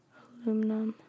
aluminum